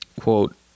quote